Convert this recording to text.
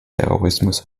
terrorismus